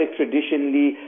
traditionally